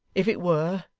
if it were,